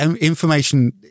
information